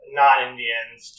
non-Indians